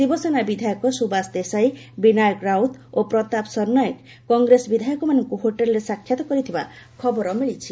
ଶିବସେନା ବିଧାୟକ ସୁବାସ ଦେଶାଇ ବିନାୟକ ରାଉତ ଓ ପ୍ରତାପ ସରନାୟକ କଂଗ୍ରେସ ବିଧାୟକମାନଙ୍କୁ ହୋଟେଲରେ ସାକ୍ଷାତ କରିଥିବା ଖବର ମିଳିଛି